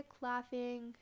laughing